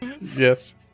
yes